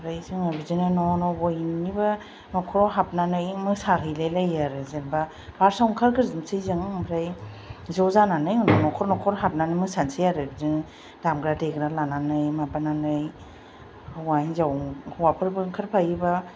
ओमफ्राय जोंङो बिदिनो न' न' बयनिबो न'खराव हाबनानै मोसाहैलाय लायो आरो जेनोबा फार्स्टआव ओंखारग्रोजोबनोसै जों ओमफ्राय ज' जानानै न'खर न'खर हाबनानै मोसानसै आरो बिदिनो दामग्रा देग्रा लानानै माबानानै हौवा हिन्जाव हौवाफोरबो ओंखारफायोबा